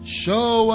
show